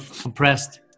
compressed